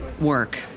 work